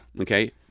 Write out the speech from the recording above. Okay